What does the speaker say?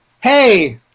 Hey